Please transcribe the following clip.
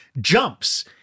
jumps